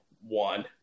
one